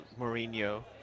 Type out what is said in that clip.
Mourinho